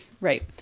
Right